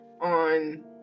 on